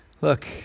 Look